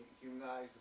humanize